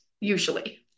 usually